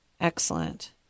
excellent